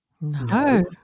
No